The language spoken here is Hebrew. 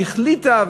והיא החליטה,